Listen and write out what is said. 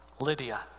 Lydia